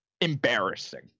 embarrassing